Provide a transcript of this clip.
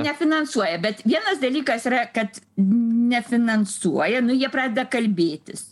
nefinansuoja bet vienas dalykas yra kad nefinansuoja nu jie pradeda kalbėtis